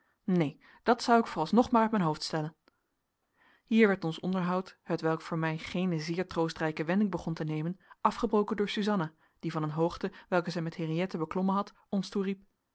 neen dat zou ik vooralsnog maar uit mijn hoofd stellen hier werd ons onderhoud hetwelk voor mij geene zeer troostrijke wending begon te nemen afgebroken door suzanna die van een hoogte welke zij met henriëtte beklommen had ons